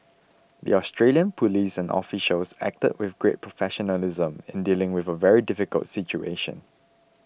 the Australian police and officials acted with great professionalism in dealing with a very difficult situation